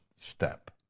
step